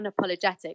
unapologetic